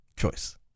choice